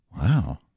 wow